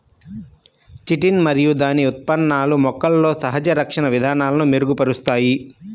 chitin మరియు దాని ఉత్పన్నాలు మొక్కలలో సహజ రక్షణ విధానాలను మెరుగుపరుస్తాయి